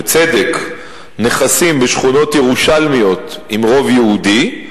בצדק, נכסים בשכונות ירושלמיות עם רוב יהודי,